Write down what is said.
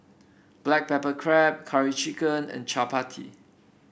Black Pepper Crab Curry Chicken and Chappati